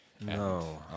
No